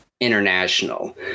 international